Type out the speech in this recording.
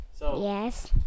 Yes